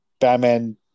Batman